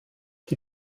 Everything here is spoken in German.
die